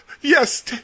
Yes